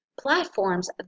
platforms